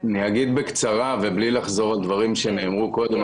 אגיד בקצרה ובלי לחזור על דברים שנאמרו קודם,